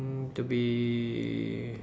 to be